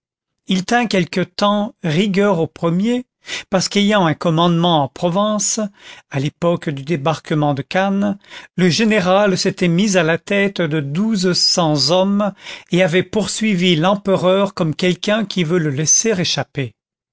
il tint quelque temps rigueur au premier parce qu'ayant un commandement en provence à l'époque du débarquement de cannes le général s'était mis à la tête de douze cents hommes et avait poursuivi l'empereur comme quelqu'un qui veut le laisser échapper